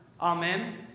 Amen